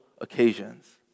occasions